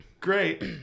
great